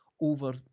over